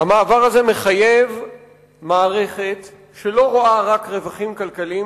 המעבר הזה מחייב מערכת שלא רואה רק רווחים כלכליים